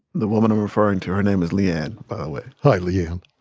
the woman i'm referring to, her name is le-ann, by the way hi, le-ann.